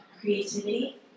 creativity